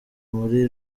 muri